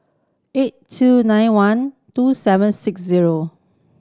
eight two nine one two seven six zero